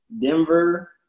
Denver